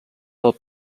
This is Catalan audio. els